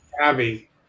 Abby